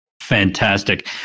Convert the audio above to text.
Fantastic